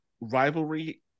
rivalry